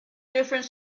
different